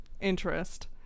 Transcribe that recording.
interest